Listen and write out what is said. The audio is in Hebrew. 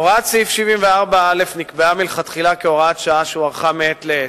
הוראת סעיף 74א נקבעה מלכתחילה כהוראת שעה אשר הוארכה מעת לעת.